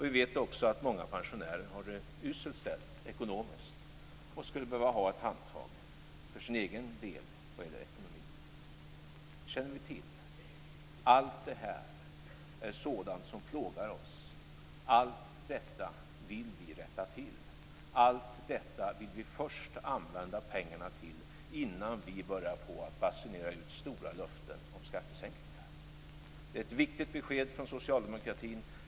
Vi vet också att många pensionärer har det uselt ställt ekonomiskt och skulle behöva ha ett handtag för sin egen del vad gäller ekonomin. Det känner vi till. Allt det här är sådant som plågar oss. Allt detta vill vi rätta till. Allt detta vill vi först använda pengarna till innan vi börjar basunera ut stora löften om skattesänkningar. Det är ett viktigt besked från socialdemokratin.